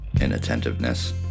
Inattentiveness